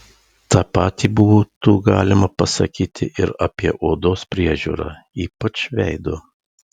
tą patį būtų galima pasakyti ir apie odos priežiūrą ypač veido